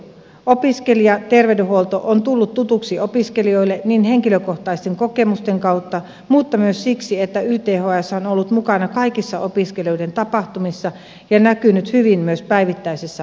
opiskelijaterveydenhuolto on tullut tutuksi opiskelijoille niin henkilökohtaisten kokemusten kautta kuin myös siksi että yths on ollut mukana kaikissa opiskelijoiden tapahtumissa ja näkynyt hyvin myös päivittäisessä arjessa